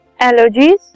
allergies